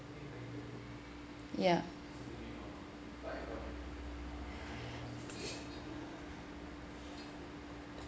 ya